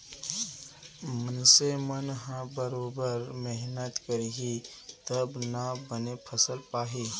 मनसे मन ह बरोबर मेहनत करही तब ना बने फसल पाही